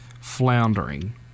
floundering